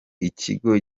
ikigo